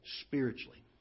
spiritually